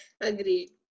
Agree